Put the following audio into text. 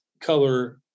color